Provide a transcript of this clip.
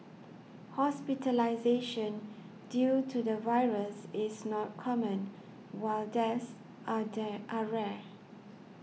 hospitalisation due to the virus is not common while deaths are die are rare